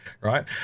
right